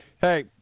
Hey